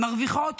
מרוויחות,